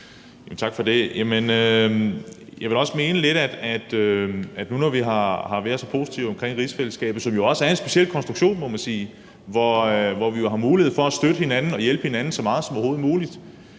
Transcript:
Tak for det. Jamen jeg vil også mene lidt, at når vi nu har været så positive omkring rigsfællesskabet, som jo også er en speciel konstruktion, må man sige, at vi jo har mulighed for at støtte hinanden og hjælpe hinanden så meget som overhovedet muligt.